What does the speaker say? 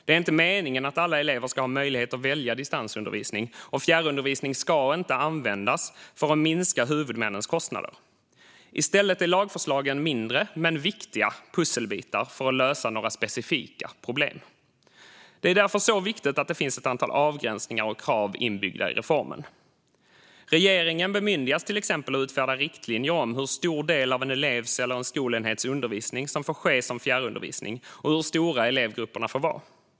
Det är inte meningen att alla elever ska ha möjlighet att välja distansundervisning, och fjärrundervisning ska inte användas för att minska huvudmännens kostnader. I stället är lagförslagen mindre, men viktiga, pusselbitar för att lösa några specifika problem. Det är därför så viktigt att det finns ett antal avgränsningar och krav inbyggda i reformen. Regeringen bemyndigas till exempel att utfärda riktlinjer för hur stor del av en elevs eller en skolenhets undervisning som får ske som fjärrundervisning och hur stora elevgrupperna får vara.